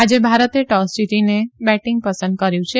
આજે ભારતે ટોસ જીતીને બેટીંગ પસંદ કર્યુ છે